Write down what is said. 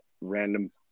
random